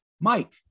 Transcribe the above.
Mike